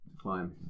climb